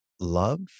love